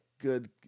good